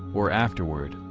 or afterward,